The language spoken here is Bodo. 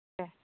दे